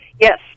Yes